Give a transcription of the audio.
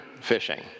fishing